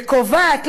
וקובעת,